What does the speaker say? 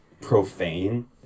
profane